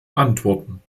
antworten